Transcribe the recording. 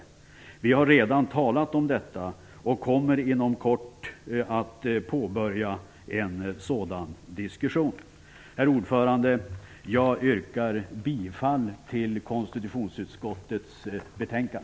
Vi har redan talat om detta och kommer inom kort att påbörja en sådan diskussion. Jag yrkar bifall till utskottets anmälan.